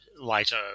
later